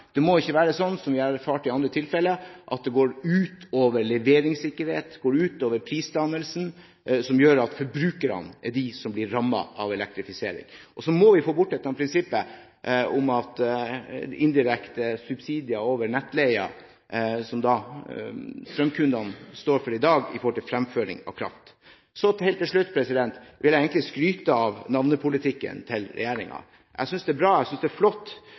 Det må ikke være sånn som vi har erfart i andre tilfeller, at det går ut over leveringssikkerhet og prisdannelse, som gjør at forbrukerne er de som blir rammet av elektrifisering. Så må vi få bort dette prinsippet om indirekte subsidier over nettleie, som strømkundene står for i dag, når det gjelder fremføring av kraft. Helt til slutt vil jeg egentlig skryte av navnepolitikken til regjeringen. Jeg synes det er bra, jeg synes det er flott,